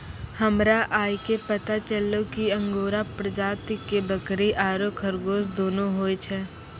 हमरा आइये पता चललो कि अंगोरा प्रजाति के बकरी आरो खरगोश दोनों होय छै